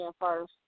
first